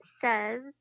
says